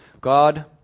God